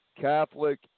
Catholic